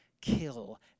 kill